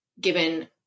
given